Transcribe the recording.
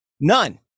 None